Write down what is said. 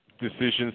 decisions